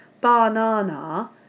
banana